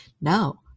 no